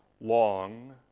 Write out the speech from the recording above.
long